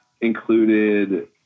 included